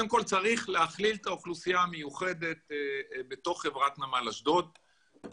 מנכ"ל נמל אשדוד